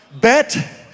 Bet